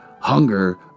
Hunger